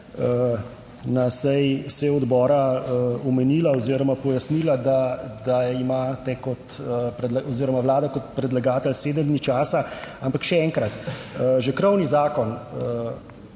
na seji seje odbora omenila oziroma pojasnila, da imate kot oziroma Vlada kot predlagatelj sedem dni časa, ampak še enkrat. Že krovni zakon